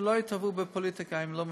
שלא יתערבו בפוליטיקה, הם לא מבינים,